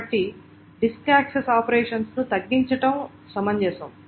కాబట్టి disk access operations సంఖ్యను తగ్గించడం సమంజసం